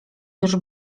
już